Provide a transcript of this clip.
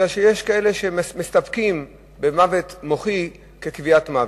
מכיוון שיש כאלה שמסתפקים במוות מוחי כקביעת מוות.